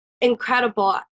Incredible